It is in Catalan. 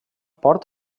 port